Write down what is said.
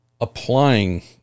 applying